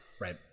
right